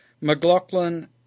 McLaughlin